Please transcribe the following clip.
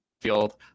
field